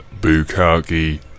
Bukaki